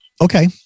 okay